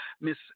Miss